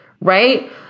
Right